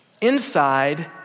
inside